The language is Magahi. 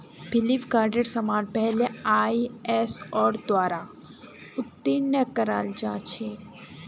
फ्लिपकार्टेर समान पहले आईएसओर द्वारा उत्तीर्ण कराल जा छेक